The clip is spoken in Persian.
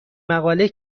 مقاله